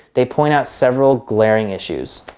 they point out several glaring issues.